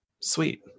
Sweet